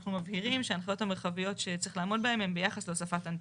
אנחנו מבהירים שההנחיות המרחביות שצריך לעמוד בהם הם ביחס להוספת אנטנה.